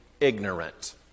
ignorant